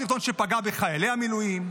הסרטון שפגע בחיילי המילואים,